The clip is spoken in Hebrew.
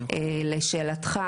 לשאלתך,